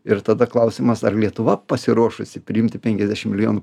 ir tada klausimas ar lietuva pasiruošusi priimti penkiasdešim milijonų